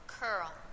curl